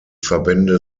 verbände